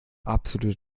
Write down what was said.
absolute